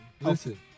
Listen